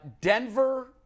Denver